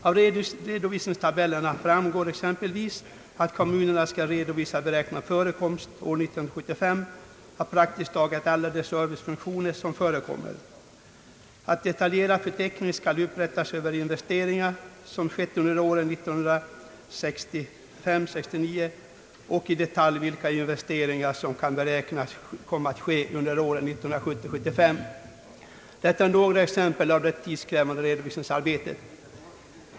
Av redovisningstabellerna framgår exempelvis att kommunerna skall redovisa beräknad förekomst år 1975 av praktiskt taget alla de servicefunktioner som förekommer, att detaljerad förteckning skall upprättas över investeringar som skett under åren 1965— 1969 och i detalj vilka investeringar som beräknas komma att ske under åren 1970—1975. Detta är några exempel på det tidskrävande redovisningsarbetet.